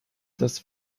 dass